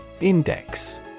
Index